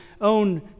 own